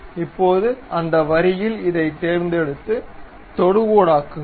இப்போது அந்த வரியில் இதைத் தேர்ந்தெடுத்து தொடுகோடக்குங்கள்